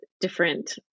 different